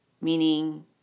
meaning